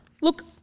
Look